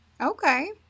Okay